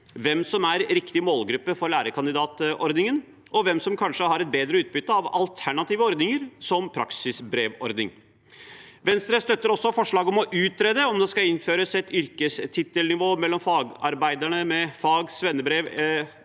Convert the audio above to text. hvem som er riktig målgruppe for lærekandidatordningen, og hvem som kanskje har bedre utbytte av alternative ordninger som praksisbrevordning. Venstre støtter også forslaget om å utrede om det skal innføres et yrkestittelnivå mellom fagarbeiderne med fag- eller svennebrev og